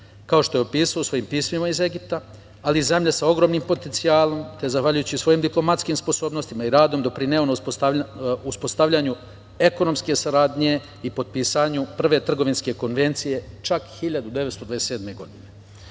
kao što je opisao u svojim pismima iz Egipta, ali i zemlja sa ogromnim potencijalom, te zahvaljujući svojim diplomatskim sposobnostima i radom doprineo na uspostavljanju ekonomske saradnje i potpisivanju Prve trgovinske konvencije, čak 1927. godine. Naravno